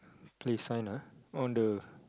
play sign ah on the